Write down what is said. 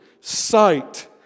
sight